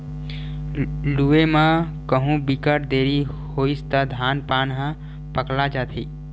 लूए म कहु बिकट देरी होइस त धान पान ह पकला जाथे